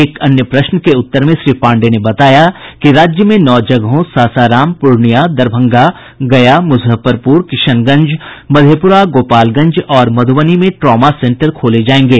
एक अन्य प्रश्न के उत्तर में श्री पांडेय ने बताया कि राज्य में नौ जगहों सासाराम पूर्णियां दरभंगा गया मुजफ्फरपुर किशनगंज मधेपुरा गोपालगंज और मधुबनी में ट्रॉमा सेंटर खोले जायेंगे